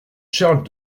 charles